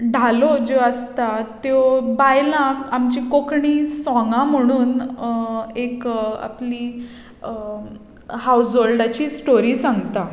धालो ज्यो आसता त्यो बायलां आमचीं कोंकणी सोंगां म्हणून एक आपली हावज होल्डाची स्टोरी सांगता